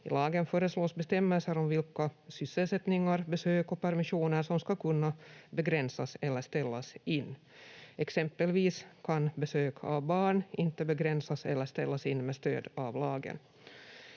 lagen föreslås bestämmelser om vilka sysselsättningar, besök och permissioner som ska kunna begränsas eller ställas in. Exempelvis kan besök av barn inte begränsas eller ställas in med stöd av lagen.